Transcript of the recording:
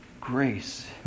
grace